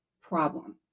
problem